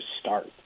start